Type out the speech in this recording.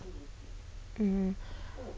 mm